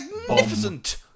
Magnificent